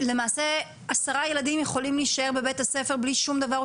למעשה עשרה ילדים יכולים להישאר בבית הספר בלי שום דבר או